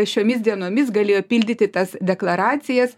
šiomis dienomis galėjo pildyti tas deklaracijas